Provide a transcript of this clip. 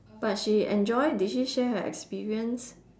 but she enjoy did she share her experience